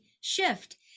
shift